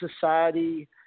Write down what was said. society